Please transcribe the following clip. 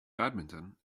badminton